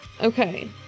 Okay